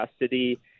custody